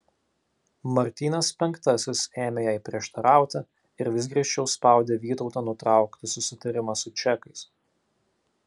martynas penktasis ėmė jai prieštarauti ir vis griežčiau spaudė vytautą nutraukti susitarimą su čekais